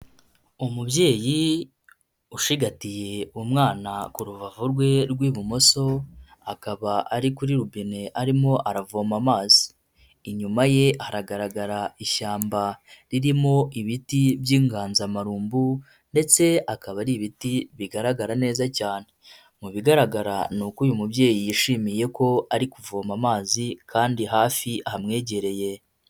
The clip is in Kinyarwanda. Umubyeyi ushigatiye umwana ku rubavu rwe rw'ibumoso, akaba ari kuri rubine arimo aravoma amazi. Inyuma ye aragaragara ishyamba ririmo ibiti by'inganzamarumbu ndetse akaba ari ibiti bigaragara neza cyane. Mu bigaragara ni uko uyu mubyeyi yishimiye ko ari kuvoma amazi kandi hafi hamwegereye.